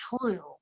true